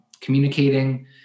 communicating